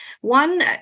one